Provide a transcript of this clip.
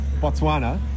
Botswana